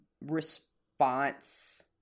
response